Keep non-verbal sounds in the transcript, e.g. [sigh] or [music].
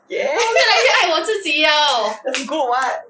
ya [laughs] that's good [what]